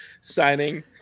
signing